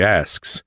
asks